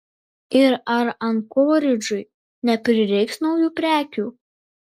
ir ar ankoridžui neprireiks naujų prekių